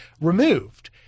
removed